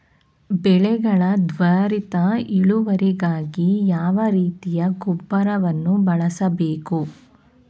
ಬೆಳೆಗಳ ತ್ವರಿತ ಇಳುವರಿಗಾಗಿ ಯಾವ ರೀತಿಯ ಗೊಬ್ಬರವನ್ನು ಬಳಸಬೇಕು?